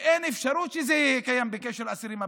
ואין אפשרות שזה יהיה קיים בקשר לאסירים הביטחוניים,